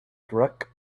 struck